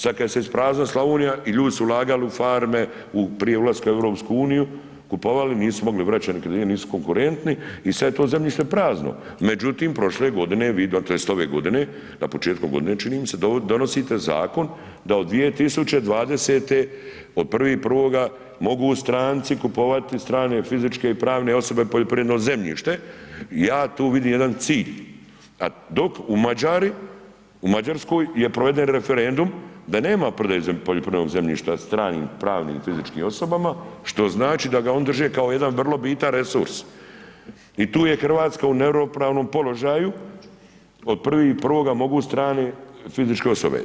Sad kad se ispraznila Slavonija i ljudi su ulagali u farme prije ulaska u EU, kupovali, nisu mogli vraćati kredite jer nisu konkurentni i sad je to zemljište prazno međutim prošle godine, vi dakle ste ove godine, na početku ove godine, čini mi se, donosite zakon da od 2020. od 1.1. mogu stranci kupovati strane, fizičke i pravne osobe poljoprivredno zemljište, ja tu vidim jedan cilj a dok u Mađarskoj je proveden referendum da nema prodaje poljoprivrednom zemljišta stranim pravnim i fizičkim osobama, što znači da ga oni drže kao jedan vrlo bitan resurs i tu je Hrvatska u neravnopravnom položaju, od 1..1. mogu strane fizičke osobe.